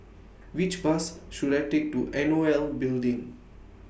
Which Bus should I Take to N O L Building